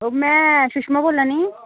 ओह् में सुषमा बोल्ला नी